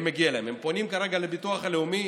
הם פונים כרגע לביטוח הלאומי,